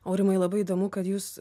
aurimai labai įdomu kad jūs